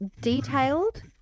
detailed